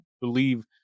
believe